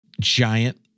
giant